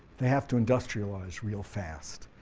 they have to industrialize real fast.